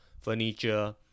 furniture